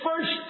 first